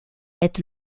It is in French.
est